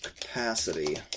capacity